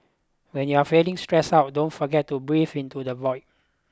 when you are feeling stressed out don't forget to breathe into the void